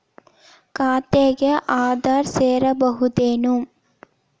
ಖಾತೆಗೆ ಆಧಾರ್ ಸೇರಿಸಬಹುದೇನೂ?